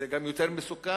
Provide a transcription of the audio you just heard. זה גם יותר מסוכן,